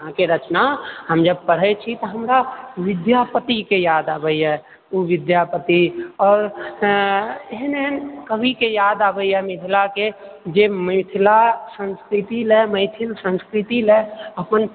अहाँके रचना हम जब पढ़ै छी तऽ हमरा विद्यापति के याद आबै यऽ ओ विद्यापति आओर एहन एहन कवि के याद आबैए मिथिला के जे मिथिला संस्कृति लए मैथिल संस्कृति लए अपन